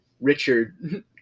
Richard